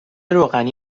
روغنی